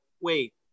wait